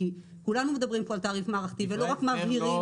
כי כולנו מדברים פה על תעריף מערכתי ולא רק מבהירים